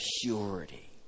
purity